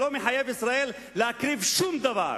שלא מחייב את ישראל להקריב שום דבר: